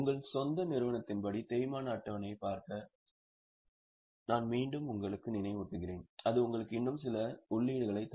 உங்கள் சொந்த நிறுவனத்தின் படி தேய்மான அட்டவணையைப் பார்க்க நான் மீண்டும் உங்களுக்கு நினைவூட்டுகிறேன் அது உங்களுக்கு இன்னும் சில உள்ளீடுகளைத் தரும்